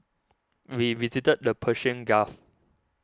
we visited the Persian Gulf